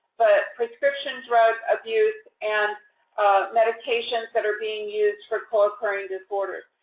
but prescription drug abuse and medications that are being used for co-occurring disorders.